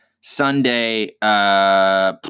Sunday